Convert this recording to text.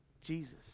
Jesus